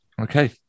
okay